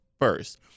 first